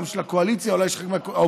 גם של הקואליציה ואולי גם של חלק מהאופוזיציה,